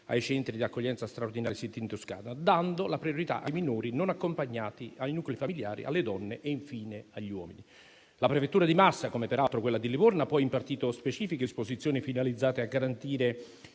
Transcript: ai centri di accoglienza straordinari siti in Toscana, dando la priorità ai minori non accompagnati, ai nuclei familiari, alle donne e infine agli uomini. La prefettura di Massa, come peraltro quella di Livorno, ha poi impartito specifiche disposizioni finalizzate a garantire